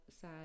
sad